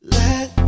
let